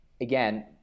again